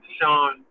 Sean